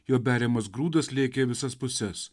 jo beriamas grūdas lėkė į visas puses